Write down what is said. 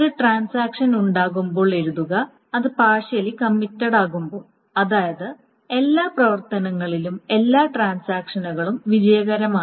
ഒരു ട്രാൻസാക്ഷൻ ഉണ്ടാകുമ്പോൾ എഴുതുക അത് പാർഷ്യലി കമ്മിറ്റഡാകുമ്പോൾ അതായത് എല്ലാ പ്രവർത്തനങ്ങളിലും എല്ലാ ട്രാൻസാക്ഷനുകളും വിജയകരമാണ്